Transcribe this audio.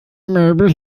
möbel